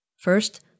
First